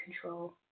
control